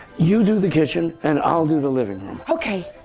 you do the kitchen and i'll do the living room. ok.